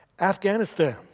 Afghanistan